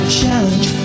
challenge